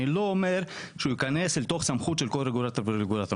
אני לא אומר שהוא יכנס לתוך סמכות של כל רגולטור ורגולטור,